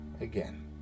again